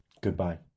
Goodbye